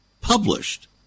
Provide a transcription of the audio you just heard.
published